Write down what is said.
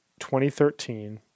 2013